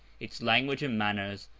its language and manners,